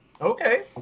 Okay